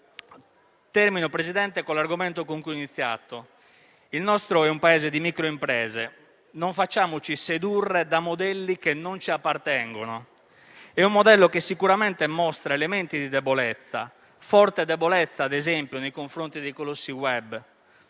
il mio intervento con l'argomento con cui ho iniziato. Il nostro è un Paese di microimprese. Non facciamoci sedurre da modelli che non ci appartengono. È un modello che sicuramente mostra elementi di debolezza, di forte debolezza - ad esempio - nei confronti dei colossi *web*,